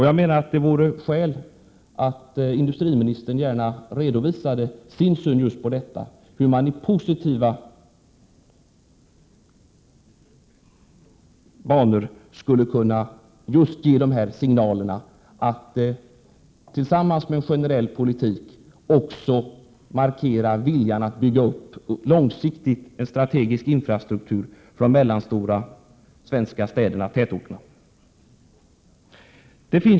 Jag menar att det finns skäl för industriministern att redovisa sin syn på hur man i positiva banor skulle kunna ge signaler om att man tillsammans med en generell politik också markerar viljan att bygga upp en långsiktigt strategisk infrastruktur för de mellanstora svenska städerna och tätorterna.